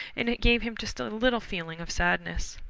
and it gave him just a little feeling of sadness.